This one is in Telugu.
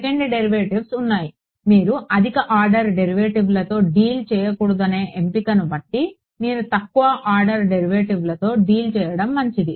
సెకండ్ డెరివేటివ్స్ ఉన్నాయి మీరు అధిక ఆర్డర్ డెరివేటివ్లతో డీల్ చేయకూడదనే ఎంపికను బట్టి మీరు తక్కువ ఆర్డర్ డెరివేటివ్తో డీల్ చేయడం మంచిది